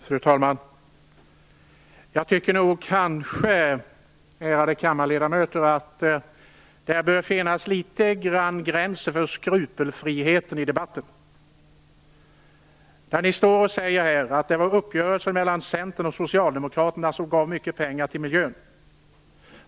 Fru talman! Jag tycker nog, ärade kammarledamöter, att det bör finnas en gräns för skrupelfriheten i debatten. Ni står här och säger att det var en uppgörelse mellan Socialdemokraterna och Centern som gav mycket pengar till miljön.